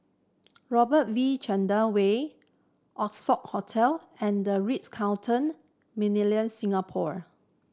Robert V Chandran Way Oxford Hotel and The Ritz Carlton Millenia Singapore